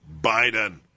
Biden